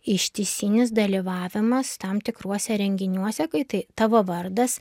ištisinis dalyvavimas tam tikruose renginiuose kai tai tavo vardas